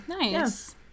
nice